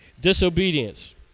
disobedience